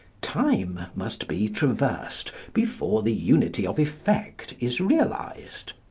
time must be traversed before the unity of effect is realised.